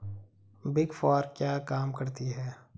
Big four क्या काम करती है?